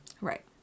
Right